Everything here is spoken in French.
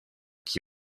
qui